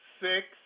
six